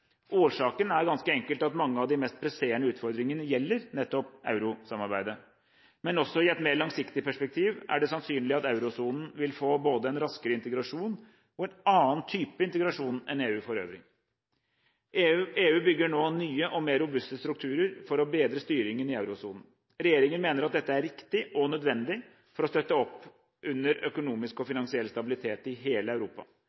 Årsaken er ganske enkelt at mange av de mest presserende utfordringene gjelder nettopp eurosamarbeidet. Men også i et mer langsiktig perspektiv er det sannsynlig at eurosonen vil få både en raskere integrasjon og en annen type integrasjon enn EU for øvrig. EU bygger nå nye og mer robuste strukturer for å bedre styringen i eurosonen. Regjeringen mener at dette er riktig og nødvendig for å støtte opp under økonomisk og finansiell stabilitet i hele Europa.